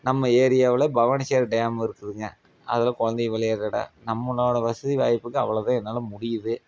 நம்ம ஏரியாவில் பவானி சேகர் டேம் இருக்குதுங்க அதில் குழந்தைங்க விளையாட்ற இடம் நம்மளோட வசதி வாய்ப்புக்கு அவ்வளோ தான் என்னால் முடியுது